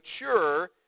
mature